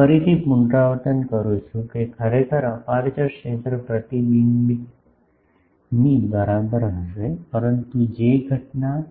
હું ફરીથી પુનરાવર્તન કરું છું કે ખરેખર અપેરચ્યોર ક્ષેત્ર પ્રતિબિંબિતની બરાબર હશે પરંતુ જે ઘટના